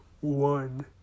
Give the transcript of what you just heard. one